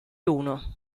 uno